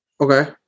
Okay